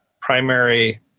primary